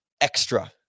extra